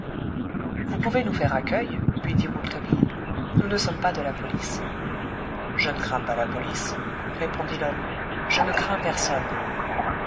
vous pouvez nous faire accueil lui dit rouletabille nous ne sommes pas de la police je ne crains pas la police répondit l'homme je ne crains personne